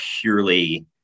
purely